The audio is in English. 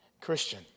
Christian